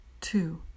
Two